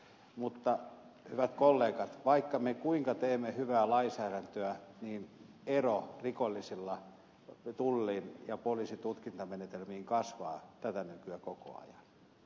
mutta hyvät kollegat vaikka me kuinka teemme hyvää lainsäädäntöä niin ero rikollisilla tullin ja poliisin tutkintamenetelmiin kasvaa tätä nykyä koko ajan väistämättä